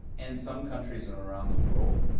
and some countries and around the world,